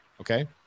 Okay